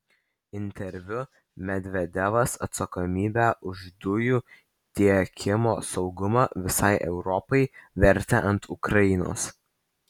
interviu medvedevas atsakomybę už dujų tiekimo saugumą visai europai vertė ant ukrainos